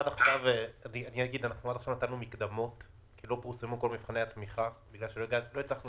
עד עכשיו נתנו מקדמות כי לא פורסמו כל מבחני התמיכה בגלל שלא הצלחנו